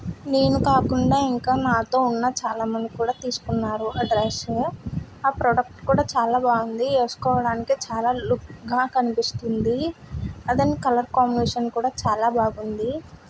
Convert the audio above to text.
నేను కాకుండా ఇంకా నాతో ఉన్న చాలా మంది కూడా తీసుకున్నారు ఆ డ్రెస్సు ఆ ప్రోడక్ట్ కూడా చాలా బాగుంది వేసుకోవడానికి చాలా లుక్గా కనిపిస్తుంది దాని కలర్ కాంబినేషన్ కూడా చాలా బాగుంది